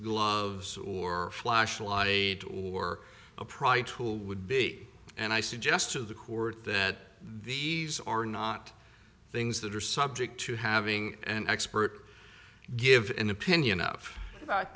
gloves or flashlight aid or upright tool would be and i suggest to the court that these are not things that are subject to having an expert give an opinion of